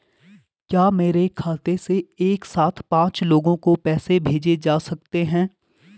क्या मेरे खाते से एक साथ पांच लोगों को पैसे भेजे जा सकते हैं?